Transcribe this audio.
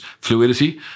fluidity